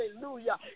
hallelujah